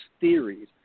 theories